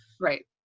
Right